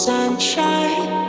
Sunshine